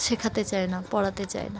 শেখাতে চায় না পড়াতে চায় না